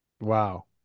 Wow